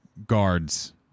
Guards